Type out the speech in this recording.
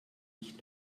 ich